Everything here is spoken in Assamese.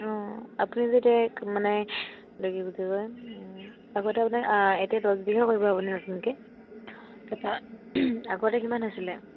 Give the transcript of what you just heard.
অঁ আপুনি যেতিয়া মানে এইটো কি বুলি কয় আগতে আপোনাক এতিয়া দছ বিঘা কৰিব আপুনি নতুনকৈ তাৰপৰা আগতে কিমান আছিলে